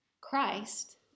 Christ